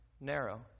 narrow